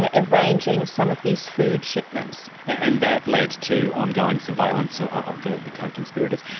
ah arranging some of these food shipments. and that led to ongoing surveillance ah of the the co-conspirators.